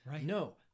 no